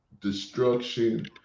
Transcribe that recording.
destruction